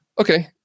okay